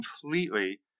completely